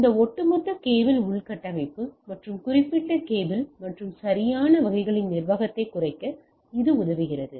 இந்த ஒட்டுமொத்த கேபிள் உள்கட்டமைப்பு மற்றும் குறிப்பிட்ட கேபிள் மற்றும் சரியான வகைகளின் நிர்வாகத்தை குறைக்க இது உதவுகிறது